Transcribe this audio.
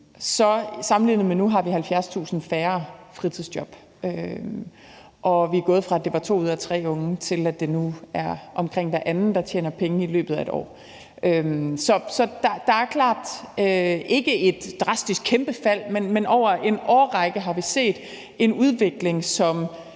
i 1980'erne – nu har 70.000 færre fritidsjob. Og vi er gået fra, at det var to ud af tre unge, til at det nu er omkring hver anden, der tjener penge i løbet af et år. Så der er klart et fald, ikke et drastisk, kæmpe fald, men over en årrække har vi set en udvikling, som